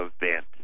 event